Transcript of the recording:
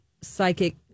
psychic